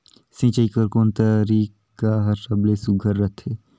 सिंचाई कर कोन तरीका हर सबले सुघ्घर रथे?